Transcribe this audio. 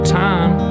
time